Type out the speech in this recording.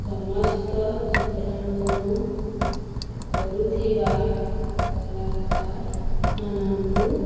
ସମସ୍ତ ଚିତ୍ରାଙ୍କନ କରୁଥିବା କଳାକାରମାନଙ୍କୁ